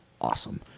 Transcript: awesome